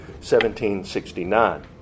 1769